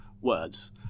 words